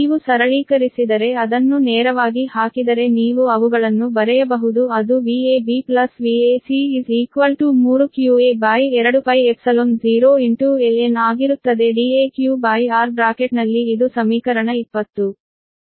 ನೀವು ಸರಳೀಕರಿಸಿದರೆ ಅದನ್ನು ನೇರವಾಗಿ ಹಾಕಿದರೆ ನೀವು ಅವುಗಳನ್ನು ಬರೆಯಬಹುದು ಅದು Vab Vac 3qa2π0ln ಆಗಿರುತ್ತದೆ Deqr ಬ್ರಾಕೆಟ್ನಲ್ಲಿ ಇದು ಸಮೀಕರಣ 20